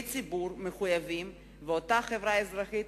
ציבור מחויבים ושל אותה חברה אזרחית,